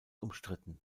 umstritten